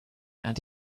and